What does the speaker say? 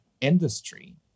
industry